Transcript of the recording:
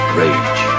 rage